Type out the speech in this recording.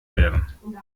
werden